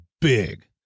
big